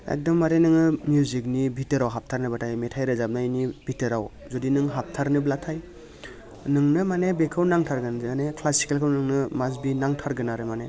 एखदमबारे नोङो मिउजिकनि भिथोराव हाबथारनोब्लाथाय मेथाइ रोजाबनायनि भिथोराव जुदि नों हाबथारनोब्लाथाय नोंनो माने बेखौ नांथारगोन माने क्लासिकेलखौ नोंनो मास्ट बि नांथारगोन आरो माने